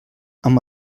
amb